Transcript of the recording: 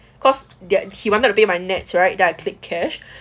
cause that he wanted to pay by nets right then I click cash